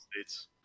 states